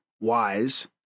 wise